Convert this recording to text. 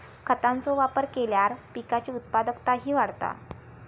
खतांचो वापर केल्यार पिकाची उत्पादकताही वाढता